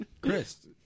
Chris